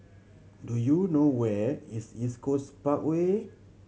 do you know where is East Coast Parkway